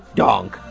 donk